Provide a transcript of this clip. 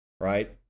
right